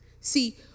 See